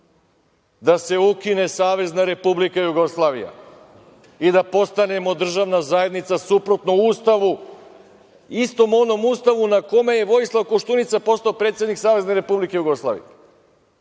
da se ukine Savezna Republika Jugoslavija i da postanemo državna zajednica suprotno Ustavu, istom onom Ustavu na kome je Vojislav Koštunica postao predsednik Savezne Republike Jugoslavije.